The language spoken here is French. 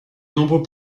nombreux